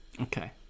Okay